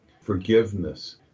Forgiveness